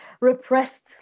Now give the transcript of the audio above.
repressed